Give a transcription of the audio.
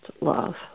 love